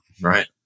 right